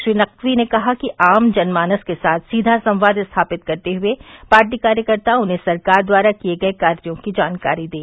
श्री नकवी ने कहा कि आम जनमानस के साथ सोधा संवाद स्थापित करते हुये पार्टी कार्यकर्ता उन्हें सरकार द्वारा किये गये कार्यो की जानकारी दें